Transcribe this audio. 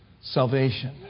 salvation